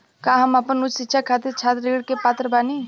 का हम आपन उच्च शिक्षा के खातिर छात्र ऋण के पात्र बानी?